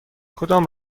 کدام